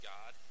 God